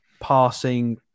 passing